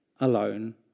Alone